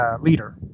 leader